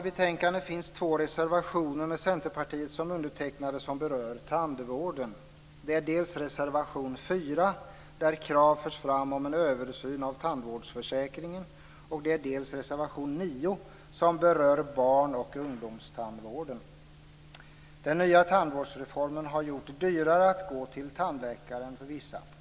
I betänkandet finns två reservationer med Centerpartiet som undertecknare som berör tandvården. Det är dels reservation 4, där krav förs fram om en översyn av tandvårdsförsäkringen, dels reservation 9, som berör barn och ungdomstandvården. Den nya tandvårdsreformen har gjort det dyrare att gå till tandläkaren.